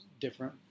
different